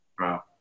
Wow